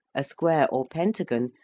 a square or pentagon,